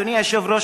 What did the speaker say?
אדוני היושב-ראש,